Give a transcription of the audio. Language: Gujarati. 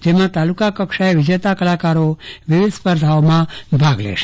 જેમાં તાલુકા કક્ષાએ વિજેતા કલાકારો વિવિધ સ્પર્ધામાં ભાગ લેશે